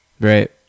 Right